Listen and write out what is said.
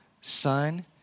Son